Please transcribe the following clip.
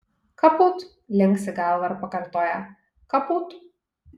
kaput linksi galvą ir pakartoja kaput